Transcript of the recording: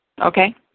Okay